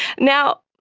now,